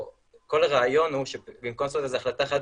כל הרעיון הוא שבמקום לעשות איזה החלטה חד